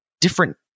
different